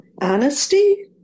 Honesty